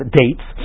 dates